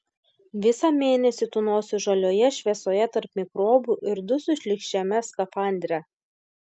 visą mėnesį tūnosiu žalioje šviesoje tarp mikrobų ir dusiu šlykščiame skafandre